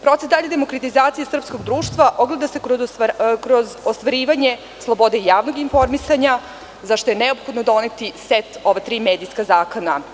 Proces dalje demokratizacije i srpskog društva ogleda se kroz ostvarivanje slobode javnog informisanja zašta je neophodno doneti set ova tri medijska zakona.